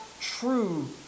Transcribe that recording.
true